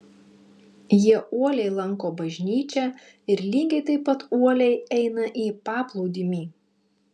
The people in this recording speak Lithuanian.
jie uoliai lanko bažnyčią ir lygiai taip pat uoliai eina į paplūdimį